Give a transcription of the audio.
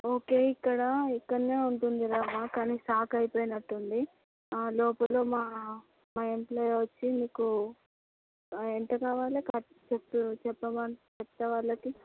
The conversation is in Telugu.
ఓకే ఇక్కడా ఇక్కడే ఉంటుంది రవ్వ కానీ స్టాక్ అయిపోయినట్టు ఉంది లోపల మా మా ఎంప్లాయీ వచ్చి మీకు ఎంత కావాలి చెప్పు చెప్పమను చెప్తాను వాళ్ళకి